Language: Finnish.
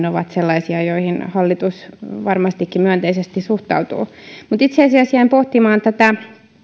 ovat sellaisia joihin hallitus varmastikin myönteisesti suhtautuu mutta itse asiassa jäin pohtimaan tätä